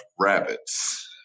rabbits